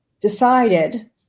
decided